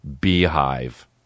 beehive